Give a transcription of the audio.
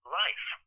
life